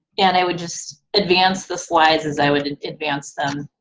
and i would just advance the slides as i would advance them.